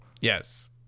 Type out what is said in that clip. yes